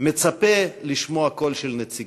מצפה לשמוע קול של נציגיו.